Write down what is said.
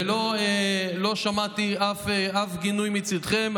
ולא שמעתי אף גינוי מצידכם.